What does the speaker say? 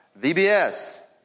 VBS